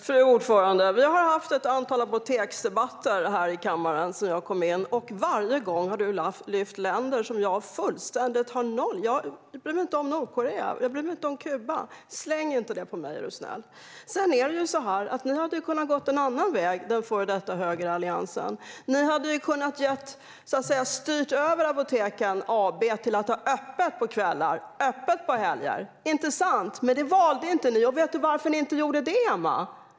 Fru talman! Vi har haft ett antal apoteksdebatter här i kammaren sedan jag kom in. Varje gång har du, Emma Henriksson, lyft fram länder som jag inte alls bryr mig om. Jag bryr mig inte om Nordkorea eller Kuba. Släng inte det på mig, är du snäll! Ni i den före detta högeralliansen hade ju kunnat gå en annan väg. Ni hade kunnat styra över Apoteket AB till att ha öppet på kvällar och helger - inte sant? Men det valde ni inte, och vet du varför ni inte gjorde det, Emma?